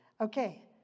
okay